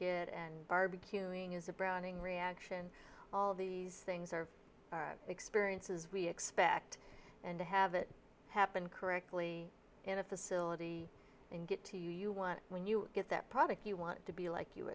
get and barbecuing is a browning reaction all these things are experiences we expect and to have it happen correctly in a facility and get to you want when you get that product you want to be like you